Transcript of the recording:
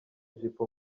ijipo